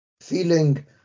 feeling